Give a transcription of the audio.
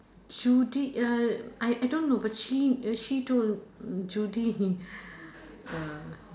Judy uh I I don't know but she uh she told Judy uh